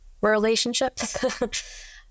relationships